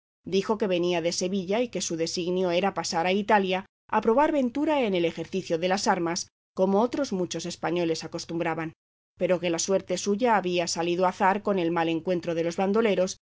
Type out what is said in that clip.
dijo que venía de sevilla y que su designio era pasar a italia a probar ventura en el ejercicio de las armas como otros muchos españoles acostumbraban pero que la suerte suya había salido azar con el mal encuentro de los bandoleros